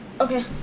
Okay